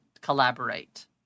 collaborate